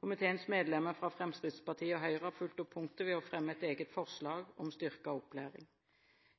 Komiteens medlemmer fra Fremskrittspartiet og Høyre har fulgt opp punktet ved å fremme et eget forslag om styrket opplæring.